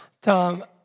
Tom